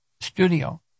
studio